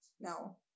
No